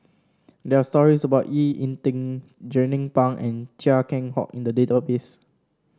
there are stories about E Ying Ding Jernnine Pang and Chia Keng Hock in the database